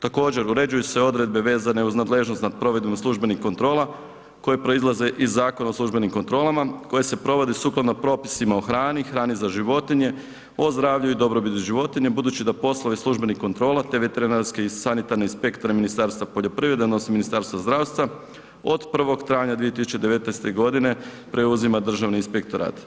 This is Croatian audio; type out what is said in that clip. Također uređuju se odredbe vezane uz nadležnost nad provedbom službenih kontrola, koje proizlaze iz Zakona o službenim kontrolama koje se provode sukladno propisima o hrani, hrani za životinje o zdravlju i dobrobiti životinja budući da poslove službenih kontrola te veterinarske i sanitarne inspektore Ministarstva poljoprivrede odnosno Ministarstva zdravstva od 1. travnja 2019. godine preuzima Državni inspektorat.